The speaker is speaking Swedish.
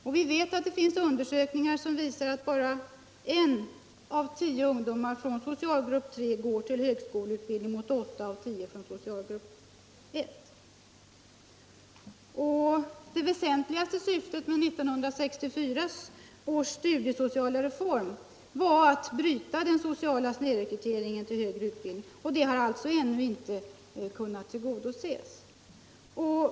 Vi vet också att det finns undersökningar som visar att bara en av tio ungdomar från socialgrupp 3 går till högskoleutbildning mot åtta av tio från socialgrupp 1. Det väsentligaste syftet med 1964 års studiesociala reform var att bryta den sociala snedrekryteringen till högre utbildning, och det har alltså ännu inte kunnat förverkligas.